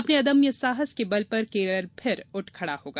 अपने अदम्य साहस के बल पर केरल फिर उठ खड़ा होगा